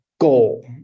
goal